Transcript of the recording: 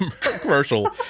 commercial